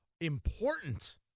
important